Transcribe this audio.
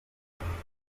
ikibaya